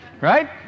Right